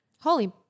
Holy